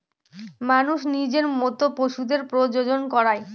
মানুষ নিজের মত পশুদের প্রজনন করায়